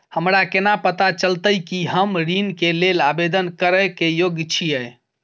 हमरा केना पता चलतई कि हम ऋण के लेल आवेदन करय के योग्य छियै?